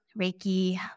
Reiki